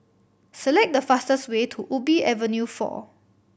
select the fastest way to Ubi Avenue Four